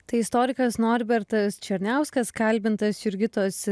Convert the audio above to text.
tai istorikas norbertas černiauskas kalbintas jurgitos